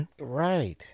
Right